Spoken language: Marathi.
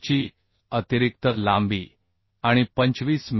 ची अतिरिक्त लांबी आणि 25 मि